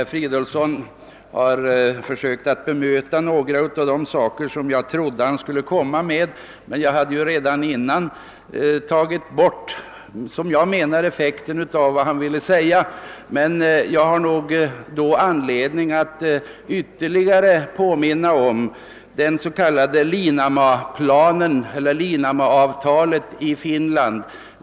Herr talman! Som jag förutsatte sökte herr Fridolfsson i Rödeby bemöta en del saker trots att jag redan i förväg hade tagit bort effekten av vad han skulle säga. Vidare finner jag anledning att ånyo påminna om det s.k. Liinamaa-avtalet i Finland.